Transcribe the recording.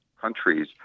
countries